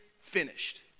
finished